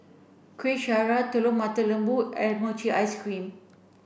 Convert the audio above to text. Kuih Syara Telur Mata Lembu and mochi ice cream